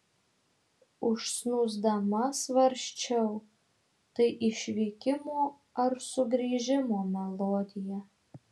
užsnūsdama svarsčiau tai išvykimo ar sugrįžimo melodija